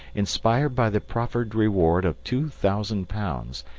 inspired by the proffered reward of two thousand pounds,